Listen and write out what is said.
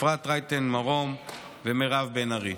אפרת רייטן מרום ומירב בן ארי.